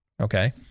Okay